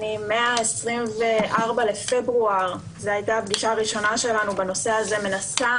מ-24 בפברואר זו היתה הפגישה הראשונה שלנו בנושא מנסה